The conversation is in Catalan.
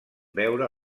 veure